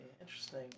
interesting